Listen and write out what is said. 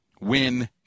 win